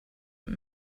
und